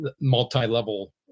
multi-level